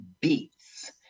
beats